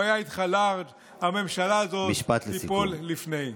היה איתך לארג' הממשלה הזאת תיפול לפני.